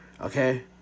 okay